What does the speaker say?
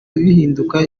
bihinduka